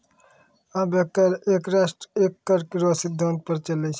अबै कर एक राष्ट्र एक कर रो सिद्धांत पर चलै छै